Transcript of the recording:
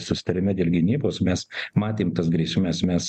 susitarime dėl gynybos mes matėm tas grėsmes mes